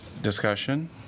Discussion